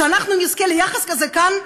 כשאנחנו זוכות ליחס כזה כאן,